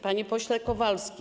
Panie Pośle Kowalski!